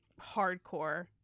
hardcore